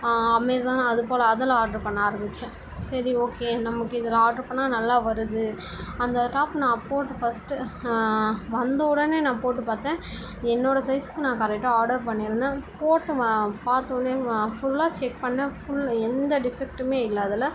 Amazon அது போல அதில் ஆர்ட்ரு பண்ண ஆரம்பிச்சேன் சரி ஓகே நமக்கு இதில் ஆர்ட்ரு பண்ணால் நல்லா வருது அந்த டாப் நான் போட்டு ஃபர்ஸ்ட்டு வந்தஉடனே நான் போட்டுப்பார்த்தேன் என்னோட சைஸ்ஸுக்கு நான் கரெக்டாக ஆர்டர் பண்ணிருந்தேன் போட்டு பார்த்தோன்னே ஃபுல்லாக செக் பண்ணேன் ஃபுல் எந்த டிஃபெக்ட்டுமே இல்லை அதில்